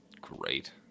great